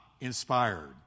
inspired